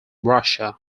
russia